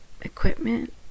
equipment